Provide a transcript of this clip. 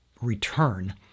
return